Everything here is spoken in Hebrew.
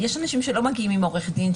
יש אנשים שלא מגיעים עם עורך דין.